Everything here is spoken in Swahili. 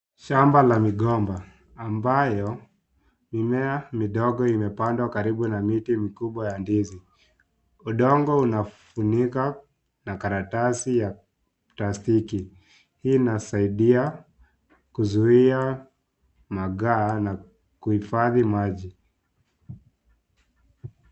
Shamba la migomba ambayo mimea midogo imepandwa karibu na miti mikubwa ya ndizi. Udongo unafunika na karatasi ya plastiki. Hii inasaidia kuzuia magaa na kuifathi maji.